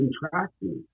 contracting